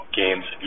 games